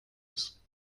ist